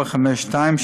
5452,